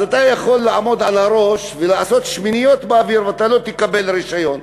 אתה יכול לעמוד על הראש ולעשות שמיניות באוויר ואתה לא תקבל רישיון,